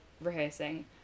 rehearsing